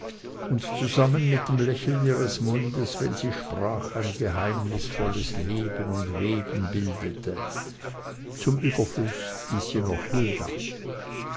und zusammen mit dem lächeln ihres mundes wenn sie sprach ein geheimnisvolles leben und weben bildete zum überflusse hieß sie noch hulda